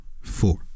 four